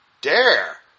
dare